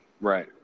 Right